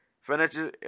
financial